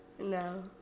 No